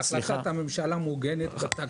החלטת הממשלה מעוגנת בתקציב.